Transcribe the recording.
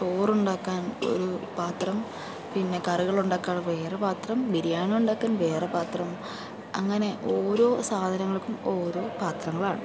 ചോറുണ്ടാക്കാൻ ഒരു പാത്രം പിന്നെ കറികളുണ്ടാക്കാൻ വേറെ പാത്രം ബിരിയാണി ഉണ്ടാക്കാൻ വേറെ പാത്രം അങ്ങനെ ഓരോ സാധനങ്ങൾക്കും ഓരോ പാത്രങ്ങളാണ്